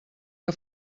que